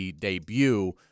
debut